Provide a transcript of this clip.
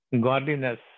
godliness